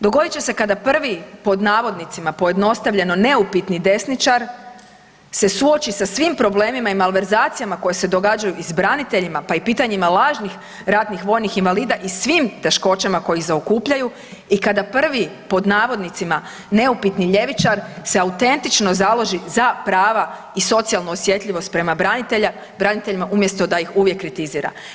Dogodit će se kada prvi pod navodnicima pojednostavljeno neupitni desničar se suoči sa svim problemima i malverzacijama koje se događaju i s braniteljima, pa i pitanjima lažnih ratnih vojnih invalida i svim teškoćama koje ih zaokupljaju i kada prvi pod navodnicima neupitni ljevičar se autentično založi za prava i socijalnu osjetljivost prema braniteljima uvijek da ih uvijek kritizira.